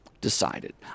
decided